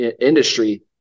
industry